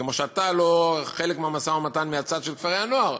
כמו שאתה לא חלק מהמשא-ומתן מהצד של כפרי-הנוער.